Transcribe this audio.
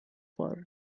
for